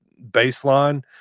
baseline